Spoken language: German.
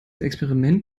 experiment